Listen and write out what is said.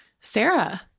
Sarah